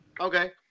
Okay